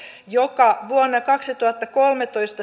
jonka liikevaihto vuonna kaksituhattakolmetoista